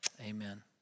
Amen